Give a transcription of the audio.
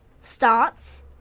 starts